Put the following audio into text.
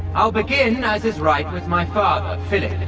i'll begin, as is right, with my father, philip.